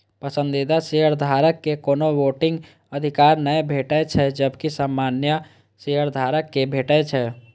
पसंदीदा शेयरधारक कें कोनो वोटिंग अधिकार नै भेटै छै, जबकि सामान्य शेयधारक कें भेटै छै